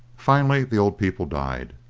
finally, the old people died.